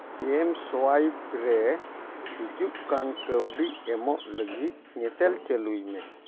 MSwipe ᱨᱮ ᱦᱤᱡᱩᱜ ᱠᱟᱱ ᱠᱟᱹᱣᱰᱤ ᱮᱢᱚᱜ ᱞᱟᱹᱜᱤᱫ ᱧᱮᱛᱮᱞ ᱪᱟᱹᱞᱩᱭ ᱢᱮ